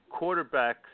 quarterbacks